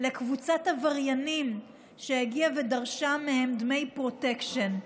לקבוצת עבריינים שהגיעה ודרשה מהם דמי פרוטקשן.